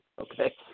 Okay